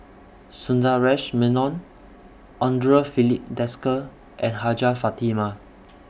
Sundaresh Menon Andre Filipe Desker and Hajjah Fatimah